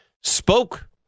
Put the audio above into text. spoke